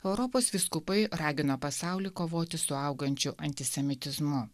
europos vyskupai ragino pasaulį kovoti su augančiu antisemitizmu